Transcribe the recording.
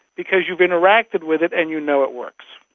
because you've interacted with it and you know it works.